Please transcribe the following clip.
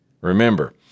Remember